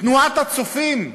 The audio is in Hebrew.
תנועת "הצופים",